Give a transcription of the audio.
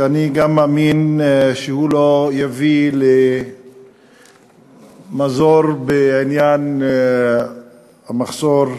כי גם אני מאמין שהוא לא יביא למזור בעניין המחסור בדיור.